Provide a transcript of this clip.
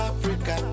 Africa